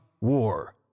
war